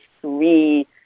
three